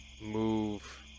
move